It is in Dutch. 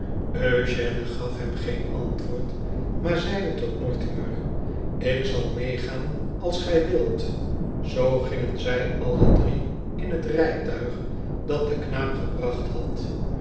eugène gaf hem geen antwoord maar zeide tot mortimer ik zal meegaan sds gij wilt zoo gingen zij alle drie in het rijtuig dat den knaap gebracht had